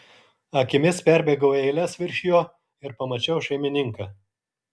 akimis perbėgau eiles virš jo ir pamačiau šeimininką